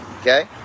okay